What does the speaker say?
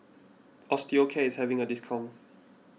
Osteocare is having a discount